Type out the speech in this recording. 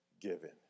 given